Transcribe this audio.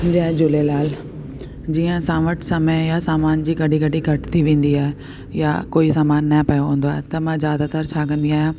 जय झूलेलाल जीअं असां वटि समय या सामान जी कॾहिं कॾहिं घटि थी वेंदी आहे या कोई सामान न पियो हूंदो आहे त मां ज़्यादातर छा कंदी आहियां